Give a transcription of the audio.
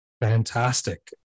Fantastic